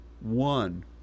One